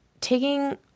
taking